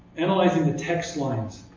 analyzing the text lines.